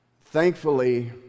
Thankfully